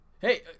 hey